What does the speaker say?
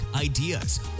ideas